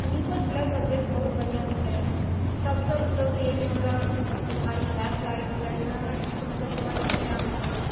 नीको छलै सब्जेक्ट बहुत बढ़िआँ छलै सबसँ मतलब कि एहिमे हमरा भारी मैथ लागै छलै जाहिमे हमरा किछु मतलब समझमे नहि आबै छलै